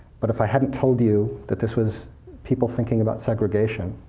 but if i hadn't told you that this was people thinking about segregation,